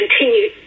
continue